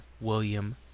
William